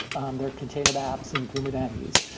um their container apps in kubernetes,